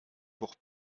pour